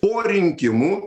po rinkimų